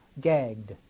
gagged